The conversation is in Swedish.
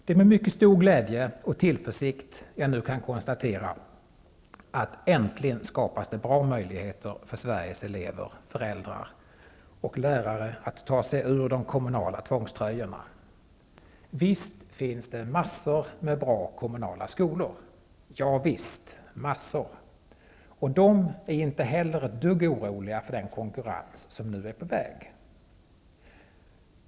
Det är med mycket stor glädje och tillförsikt jag nu kan konstatera att äntligen skapas det bra möjligheter för Sveriges elever, föräldrar och lärare att ta sig ur de kommunala tvångströjorna. Visst finns det massor av bra kommunala skolor -- ja visst, massor! Och de är inte heller ett dugg oroliga för den konkurrens som nu är på väg.